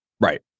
Right